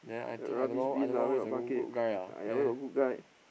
rubbish bin lah where got bucket !aiya! where got good guy